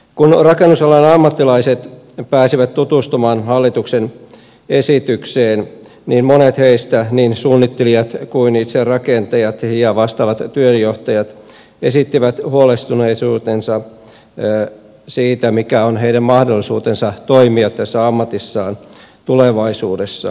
kun rakennusalan ammattilaiset pääsivät tutustumaan hallituksen esitykseen niin monet heistä niin suunnittelijat kuin itse rakentajat ja vastaavat työnjohtajat esittivät huolestuneisuutensa siitä mikä on heidän mahdollisuutensa toimia tässä ammatissaan tulevaisuudessa